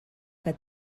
que